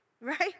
Right